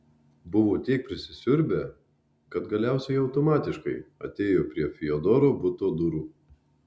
buvo tiek prisisiurbę kad galiausiai automatiškai atėjo prie fiodoro buto durų